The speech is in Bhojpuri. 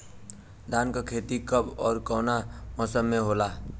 धान क खेती कब ओर कवना मौसम में होला?